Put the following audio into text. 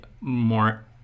more